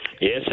Yes